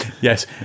Yes